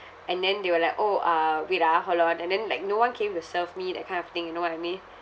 and then they were like orh uh wait ah hold on and then like no one came to serve me that kind of thing you know what I mean